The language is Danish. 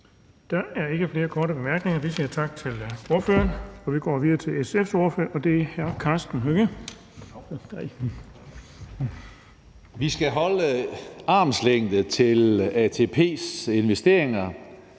Der er ikke flere korte bemærkninger, så vi siger tak til ordføreren. Vi går videre til SF's ordfører, og det er hr. Karsten Hønge. Kl. 16:17 (Ordfører) Karsten Hønge